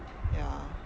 ya